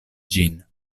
ĝin